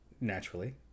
naturally